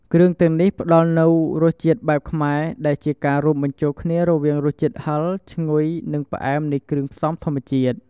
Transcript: គ្រឿងទាំងនេះផ្ដល់នូវរសជាតិបែបខ្មែរ ដែលជាការរួមបញ្ចូលគ្នារវាងរសជាតិហឹរ ឈ្ងុយ និងផ្អែមនៃគ្រឿងផ្សំធម្មជាតិ។